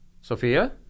Sophia